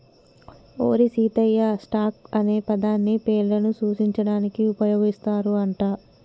ఓరి సీతయ్య, స్టాక్ అనే పదాన్ని పేర్లను సూచించడానికి ఉపయోగిస్తారు అంట